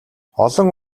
олон